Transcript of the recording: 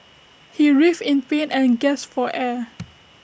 he writhed in pain and gasped for air